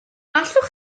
allwch